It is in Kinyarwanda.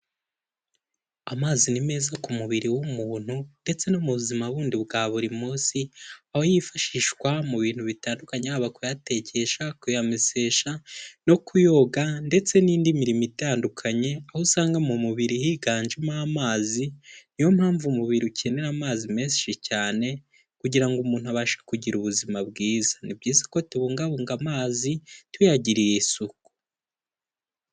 Amazi ni meza ku mubiri w'umuntu ndetse no mu buzima bundi bwa buri munsi aho yifashishwa mu bintu bitandunye, haba kuyatekesha, kuyamesesha no kuyoga ndetse n'indi mirimo itandukanye aho usanga mu mubiri higanjemo amazi, niyo mpamvu umubiri ukenera amazi menshi cyane kugira ngo umuntu abashe kugira ubuzima bwiza, ni byiza ko tubungabunga amazi tuyagirira isuku.